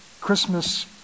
Christmas